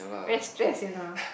very stress you know